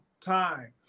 time